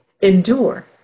endure